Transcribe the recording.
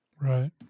Right